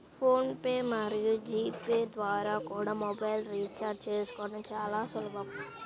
phone pay మరియు G Pay ద్వారా కూడా మొబైల్ రీఛార్జి చేసుకోవడం చాలా సులభం